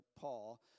Paul